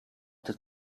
that